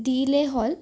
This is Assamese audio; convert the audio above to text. দিলে হ'ল